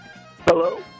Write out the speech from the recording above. Hello